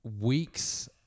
weeks